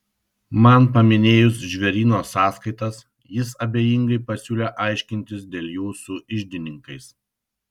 man paminėjus žvėryno sąskaitas jis abejingai pasiūlė aiškintis dėl jų su iždininkais